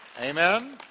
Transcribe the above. Amen